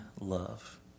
love